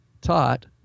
taught